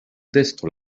texto